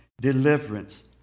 deliverance